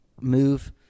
Move